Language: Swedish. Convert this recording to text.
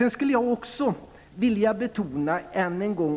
Jag skulle också än en gång vilja betona